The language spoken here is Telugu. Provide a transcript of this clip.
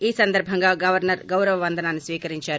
ఈ సందర్భంగా గవర్సర్ గౌరవ వందనాన్ని స్వీకరించారు